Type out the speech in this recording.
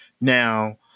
Now